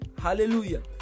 Hallelujah